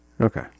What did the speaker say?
Okay